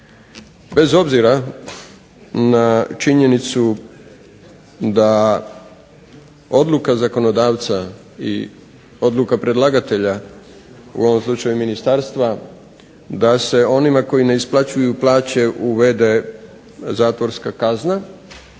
bez obzira na činjenicu da odluka zakonodavca i odluka predlagatelja u ovom slučaju ministarstva da se onima koji ne isplaćuju plaće uvede zatvorska kazna,